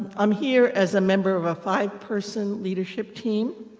i'm here as a member of a five person leadership team,